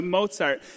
Mozart